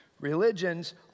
Religions